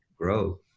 grow